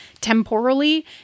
temporally